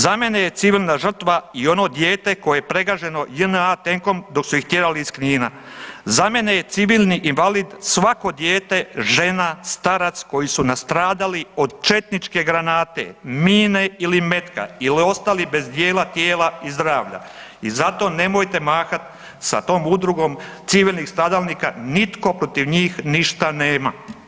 Za mene je civilna žrtva i ono dijete koje je pregaženo JNA tenkom dok su ih tjerali iz Knina, za mene je civilni invalid svako dijete, žena, starac koji su nastradali od četničke granate, mine ili metka ili ostali bez dijela tijela i zdravlja i zato nemojte mahat sa tom udrugom civilnih stradalnika, nitko protiv njih ništa nema.